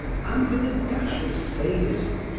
and with a dash of sadism,